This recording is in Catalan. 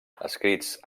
escrits